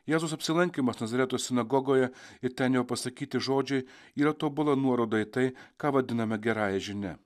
jėzaus apsilankymas nazareto sinagogoje ir ten jo pasakyti žodžiai yra tobula nuoroda į tai ką vadiname gerąja žinia